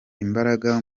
imbaraga